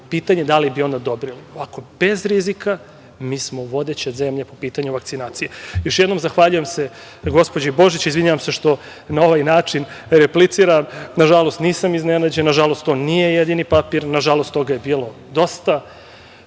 pitanje je da li bi oni odobrili. Ovako, bez rizika, mi smo vodeća zemlja po pitanju vakcinacije. Još jednom, zahvaljujem se gospođi Božić. Izvinjavam se što na ovaj način repliciram. Nažalost, nisam iznenađen. Nažalost, to nije jedini papir. Nažalost, toga je bilo dosta.